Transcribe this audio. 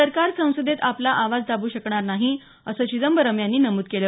सरकार संसदेत आपला आवाज दाबू शकणार नाही असं चिदंबरम यांनी नमूद केलं